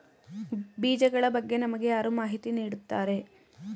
ಬೀಜಗಳ ಬಗ್ಗೆ ನಮಗೆ ಯಾರು ಮಾಹಿತಿ ನೀಡುತ್ತಾರೆ?